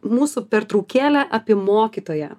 mūsų pertraukėlę apie mokytoją